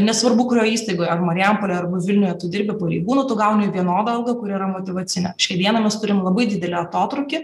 nesvarbu kurioj įstaigoj ar marijampolėj arba vilniuje tu dirbi pareigūnu tu gauni vienodą algą kuri yra motyvacinė šiai dienai mes turim labai didelį atotrūkį